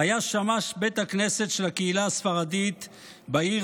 היה שמש בית הכנסת של הקהילה הספרדית בעיר